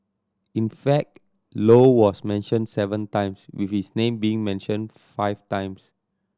in fact Low was mentioned seven times with his name being mentioned five times